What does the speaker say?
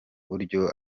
buryo